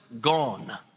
gone